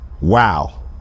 wow